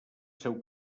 seu